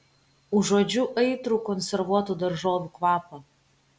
užuodžiu aitrų konservuotų daržovių kvapą